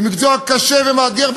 במקצוע קשה ומאתגר,